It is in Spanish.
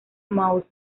mouse